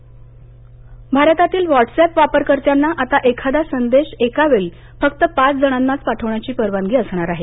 Whats एपः भारतातील WhatsApp वापरकर्त्यांना आता एखादा संदेश एका वेळी फक्त पाच जणांनाच पाठवण्याची परवानगी असणार आहे